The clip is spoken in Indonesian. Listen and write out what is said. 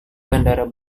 bandara